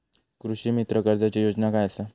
कृषीमित्र कर्जाची योजना काय असा?